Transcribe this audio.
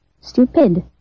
Stupid